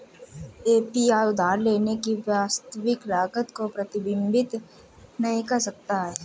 APR उधार लेने की वास्तविक लागत को प्रतिबिंबित नहीं कर सकता है